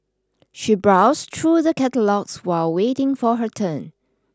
she browsed through the catalogues while waiting for her turn